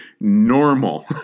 normal